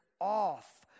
off